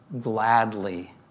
gladly